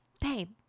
babe